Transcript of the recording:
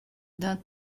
d’un